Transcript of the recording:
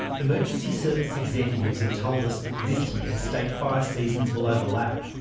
emergency service executives have told us that this year, state fire seasons will overlap.